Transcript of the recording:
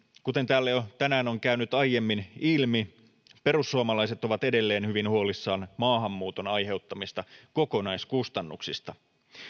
kuten täällä jo tänään on käynyt aiemmin ilmi perussuomalaiset ovat edelleen hyvin huolissaan maahanmuuton aiheuttamista kokonaiskustannuksista